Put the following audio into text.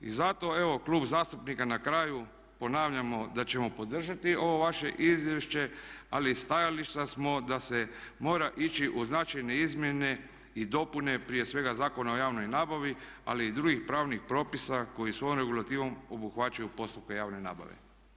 I zato evo klub zastupnika na kraju ponavljamo da ćemo podržati ovo vaše izvješće, ali stajališta smo da se mora ići u značajne izmjene i dopune prije svega Zakona o javnoj nabavi ali i drugih pravnih propisa koji svojom regulativom obuhvaćaju postupke javne nabave.